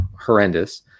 horrendous